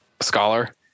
scholar